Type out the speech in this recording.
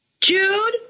Jude